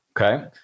Okay